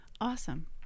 Awesome